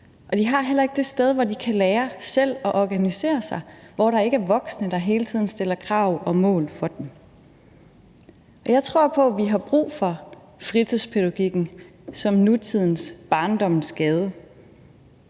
De har heller ikke det sted, hvor de kan lære selv at organisere sig – hvor der ikke er voksne, der hele tiden stiller krav og mål for dem. Jeg tror på, vi har brug for fritidspædagogikken som nutidens barndommens gade.